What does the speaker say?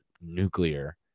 nuclear